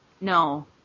No